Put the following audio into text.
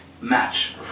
Match